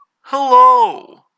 Hello